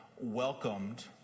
welcomed